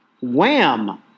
Wham